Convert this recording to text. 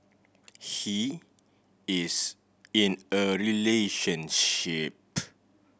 he is in a relationship